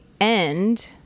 end